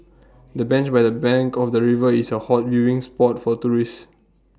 the bench by the bank of the river is A hot viewing spot for tourists